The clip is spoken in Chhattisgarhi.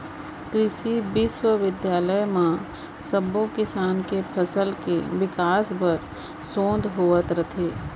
कृसि बिस्वबिद्यालय म सब्बो किसम के फसल के बिकास बर सोध होवत रथे